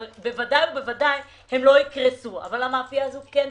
אבל ודאי הם לא יקרסו, אבל המאפייה הזאת כן תקרוס.